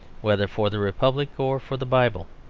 whether for the republic or for the bible.